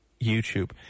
YouTube